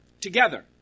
together